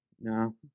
No